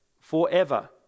forever